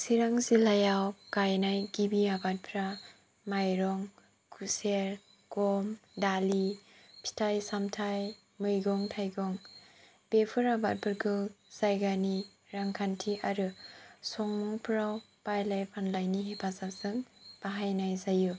चिरां जिल्लायाव गायनाय गिबि आबादफ्रा माइरं खुसेर गम दालि फिथाइ सामथाइ मैगं थाइगं बेफोर आबादफोरखौ जायगानि रांखान्थि आरो संमुफ्राव बायलाय फानलायनि हेफाजाबजों बाहायनाय जायो